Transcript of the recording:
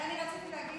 אני רוצה להסביר